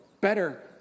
better